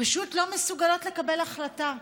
פשוט לא מסוגלות לקבל החלטה.